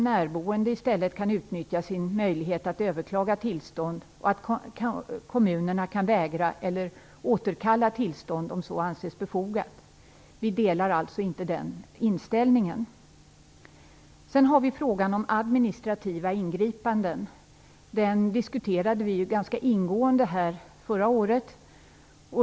Närboende kan i stället utnyttja sin möjlighet att överklaga tillstånd, och kommunerna kan vägra eller återkalla tillstånd om så anses befogat. Vi delar inte den inställningen. Sedan har vi frågan om administrativa ingripanden. Den diskuterade vi ganska ingående här i riksdagen förra året.